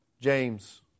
James